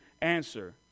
answer